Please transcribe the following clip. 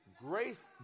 Grace